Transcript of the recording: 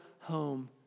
home